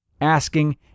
asking